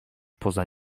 poza